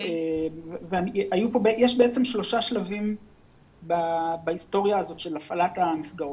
יש בעצם ארבעה שלבים בהיסטוריה הזאת של הפעלת המסגרות.